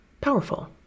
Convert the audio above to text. powerful